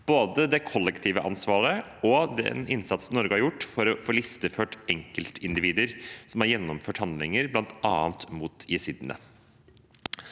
både det kollektive ansvaret og den innsatsen Norge har gjort for å få listeført enkeltindivider som har gjennomført handlinger, bl.a. mot jesidiene.